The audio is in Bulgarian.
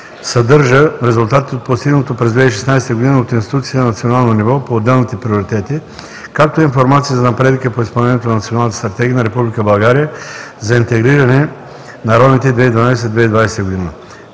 съдържа резултатите от постигнатото през 2016 г. от институциите на национално ниво по отделните приоритети, както и информация за напредъка по изпълнението на Националната стратегия на Република България за интегриране на ромите 2012 – 2020 г.